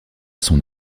son